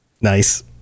nice